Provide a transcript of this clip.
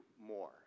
more